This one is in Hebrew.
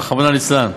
רחמנא לצלן.